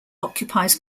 occupies